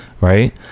right